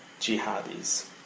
jihadis